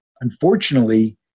unfortunately